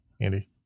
Andy